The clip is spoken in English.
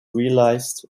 realised